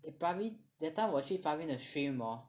eh primary that time 我去 primary the stream hor